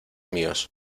míos